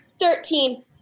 Thirteen